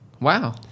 Wow